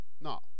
No